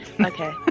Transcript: Okay